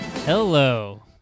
Hello